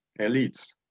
elites